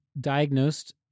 diagnosed